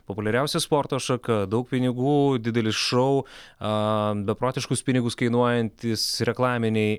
populiariausia sporto šaka daug pinigų didelis šou aa beprotiškus pinigus kainuojantys reklaminiai